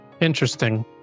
Interesting